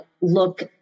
look